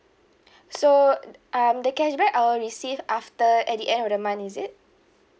so um the cashback I will receive after at the end of the month is it